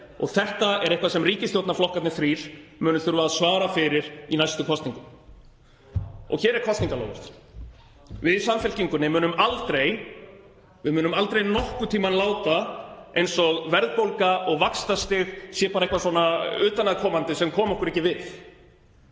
og þetta er eitthvað sem ríkisstjórnarflokkarnir þrír munu þurfa að svara fyrir í næstu kosningum. Og hér er kosningaloforð: Við í Samfylkingunni munum aldrei, við munum aldrei nokkurn tímann láta eins og verðbólga og vaxtastig sé bara eitthvað svona utanaðkomandi sem komi okkur ekki við.